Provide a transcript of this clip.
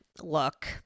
look